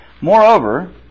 Moreover